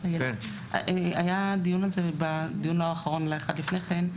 היה דיון על זה בדיון האחרון, אולי אחד לפני כן.